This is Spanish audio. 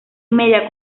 media